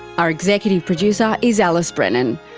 our executive producer is alice brennan.